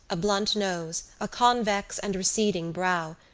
a blunt nose, a convex and receding brow,